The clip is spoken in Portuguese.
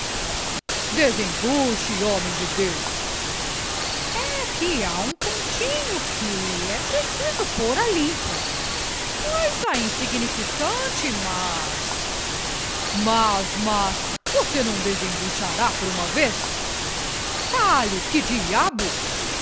mas desembuche homem de deus é que há um pontinho que é preciso pôr a limpo coisa insignificante mas mas mas você não desembuchará por uma vez fale que diabo